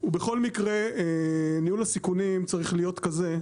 ובכל מקרה ניהול הסיכונים צריך להיות כזה,